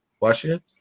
Washington